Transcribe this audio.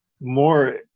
more